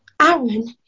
Aaron